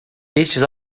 estes